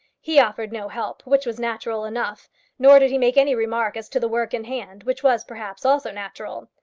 he offered no help, which was natural enough nor did he make any remark as to the work in hand, which was, perhaps, also natural.